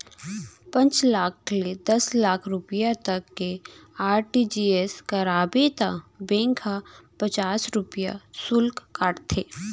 पॉंच लाख ले दस लाख रूपिया तक के आर.टी.जी.एस कराबे त बेंक ह पचास रूपिया सुल्क काटथे